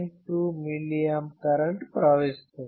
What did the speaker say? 2 mA current ప్రవహిస్తుంది